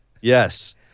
Yes